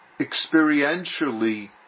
experientially